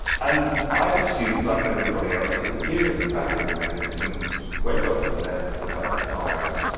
and i'd assumed like everybody else that the gearing at the back of the mechanism went off to the left to the back dials.